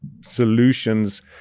solutions